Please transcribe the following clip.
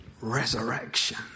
resurrection